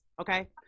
Okay